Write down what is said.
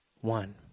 one